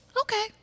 okay